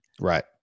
right